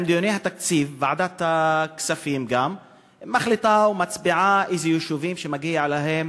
בדיוני התקציב ועדת הכספים מחליטה ומצביעה על יישובים שמגיעות להם